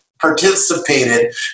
participated